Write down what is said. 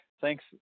Thanks